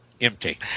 empty